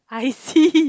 I see